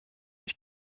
ich